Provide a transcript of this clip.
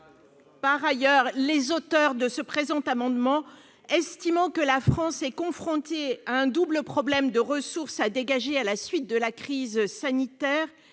Par ailleurs, les auteurs du présent amendement, estimant que la France est confrontée à un double problème de recherche de nouvelles ressources à la suite de la crise sanitaire